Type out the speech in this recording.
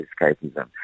escapism